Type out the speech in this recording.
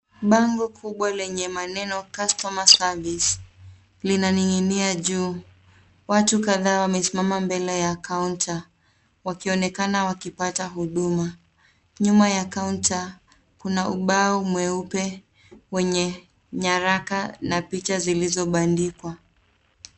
Bango kubwa lenye maneno customer service linaning'inia juu. Watu kadhaa wamesimama mbele ya counter , wakionekana wakipata huduma. Nyuma ya counter kuna ubao mweupe, wenye nyaraka, na picha zilizobandikwa.